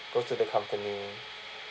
goes to the company